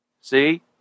See